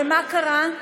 ומה קרה?